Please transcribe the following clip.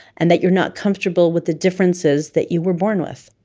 and that you're not comfortable with the differences that you were born with.